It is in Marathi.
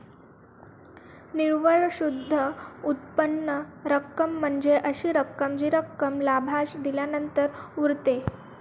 निव्वळ शुद्ध उत्पन्न रक्कम म्हणजे अशी रक्कम जी रक्कम लाभांश दिल्यानंतर उरते